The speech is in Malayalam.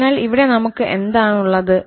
അതിനാൽ ഇവിടെ നമുക്ക് എന്താണ് ഉള്ളത്